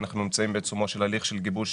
ואנחנו נמצאים בעיצומו של הליך לגיבוש